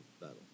battle